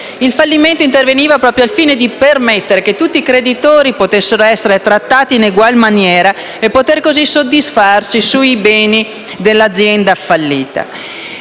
Il fallimento interveniva proprio al fine di permettere che tutti i creditori potessero essere trattati in egual maniera e poter così soddisfarsi sui beni dell'azienda fallita.